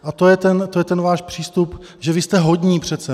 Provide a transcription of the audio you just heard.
A to je ten váš přístup, že vy jste hodní přece.